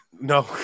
No